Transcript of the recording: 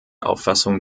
auffassung